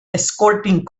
escorting